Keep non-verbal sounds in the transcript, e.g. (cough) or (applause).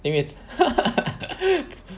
因为 (laughs)